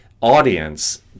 audience